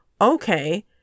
Okay